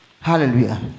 Hallelujah